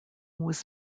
was